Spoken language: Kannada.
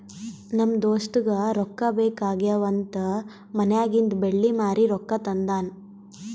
ನಮ್ ದೋಸ್ತಗ ರೊಕ್ಕಾ ಬೇಕ್ ಆಗ್ಯಾವ್ ಅಂತ್ ಮನ್ಯಾಗಿಂದ್ ಬೆಳ್ಳಿ ಮಾರಿ ರೊಕ್ಕಾ ತಂದಾನ್